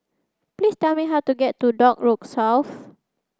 please tell me how to get to Dock Road South